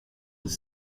with